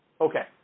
Okay